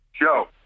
Joe